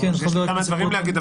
יש לי כמה דברים להגיד,